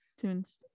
Tunes